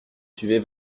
suivez